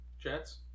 Jets